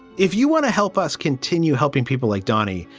if you want to help us continue helping people like donny,